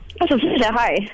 hi